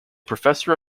professor